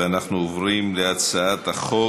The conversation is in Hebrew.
אנחנו עוברים להצעת חוק